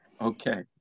okay